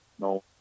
no